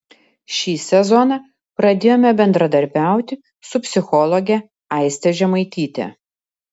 šį sezoną pradėjome bendradarbiauti su psichologe aiste žemaityte